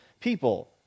people